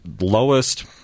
lowest